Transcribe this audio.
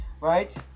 right